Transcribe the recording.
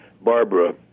Barbara